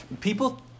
People